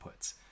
inputs